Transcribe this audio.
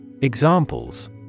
Examples